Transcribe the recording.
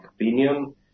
opinion